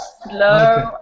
Slow